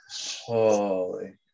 Holy